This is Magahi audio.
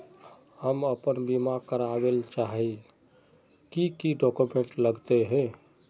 हम अपन बीमा करावेल चाहिए की की डक्यूमेंट्स लगते है?